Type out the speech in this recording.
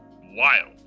wild